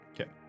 Okay